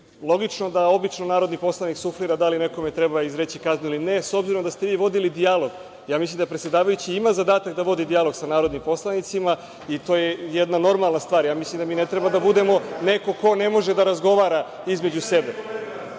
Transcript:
logično da obično narodni poslanik suflira da li nekome treba izreći kaznu ili ne, s obzirom da ste vi vodili dijalog. Mislim da predsedavajući ima zadatak da vodi dijalog sa narodnim poslanicima i to je jedna normalna stvar. Mislim da mi ne treba da budemo neko ko ne može da razgovara između